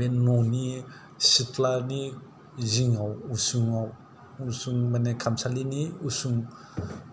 बे न'नि सिथ्लानि जिङाव उसुङाव उसुं माने खामसालिनि उसुं